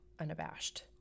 unabashed